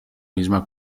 misma